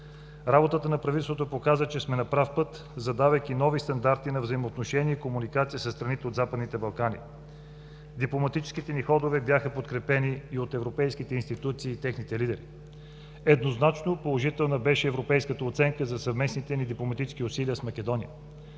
Работата на правителството показа, че сме на прав път, задавайки нови стандарти на взаимоотношения и комуникация със страните от Западните Балкани. Дипломатическите ни ходове бяха подкрепени и от европейските институции и техните лидери. Еднозначно положителна беше европейската оценка за съвместните ни дипломатически усилия с Македония.